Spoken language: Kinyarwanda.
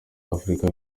afrika